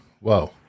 whoa